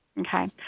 Okay